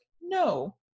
no